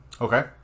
Okay